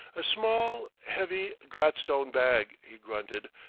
a small heavy gladstone bag, he grunted,